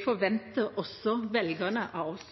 forventer også velgerne av oss.